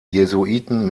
jesuiten